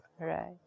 Right